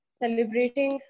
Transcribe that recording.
celebrating